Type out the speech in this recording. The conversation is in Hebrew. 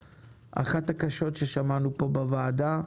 אחת מן האמירות הקשות ששמענו פה בוועדה.